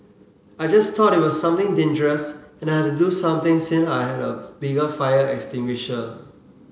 I just thought it was something dangerous and I had to do something since I had a bigger fire extinguisher